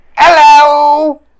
Hello